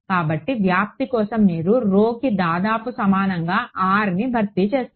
కాబట్టి వ్యాప్తి కోసం మీరు కి దాదాపు సమానంగా Rని భర్తీ చేస్తారు